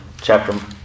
chapter